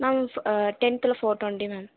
ma'am டென்த்தில் four twenty ma'am